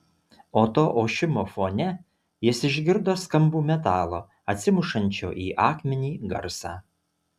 o to ošimo fone jis išgirdo skambų metalo atsimušančio į akmenį garsą